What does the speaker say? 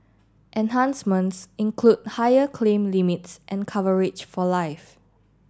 enhancements include higher claim limits and coverage for life